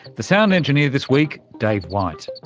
the sound engineer this week, dave white.